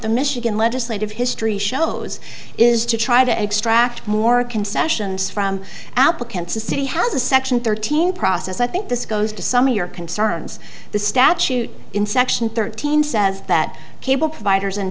the michigan legislative history shows is to try to extract more concessions from applicants the city has a section thirteen process i think this goes to some of your concerns the statute in section thirteen says that cable providers